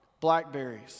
blackberries